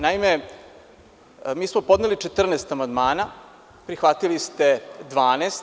Naime, mi smo podneli 14 amandmana, prihvatili ste 12.